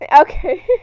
Okay